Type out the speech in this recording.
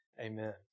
Amen